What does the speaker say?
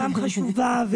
גם חשובה,